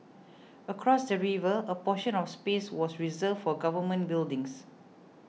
across the river a portion of space was reserved for government buildings